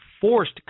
forced